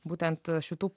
būtent šitų